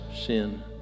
sin